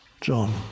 John